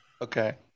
Okay